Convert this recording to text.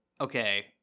okay